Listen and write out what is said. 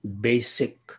basic